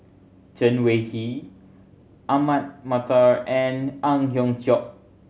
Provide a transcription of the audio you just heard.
Chen Wen Hsi Ahmad Mattar and Ang Hiong Chiok